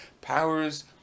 powers